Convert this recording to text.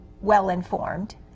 well-informed